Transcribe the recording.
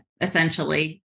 essentially